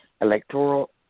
electoral –